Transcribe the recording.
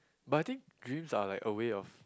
but I think dreams are like a way of